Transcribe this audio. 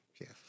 Yes